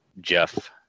Jeff